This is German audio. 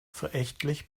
verächtlich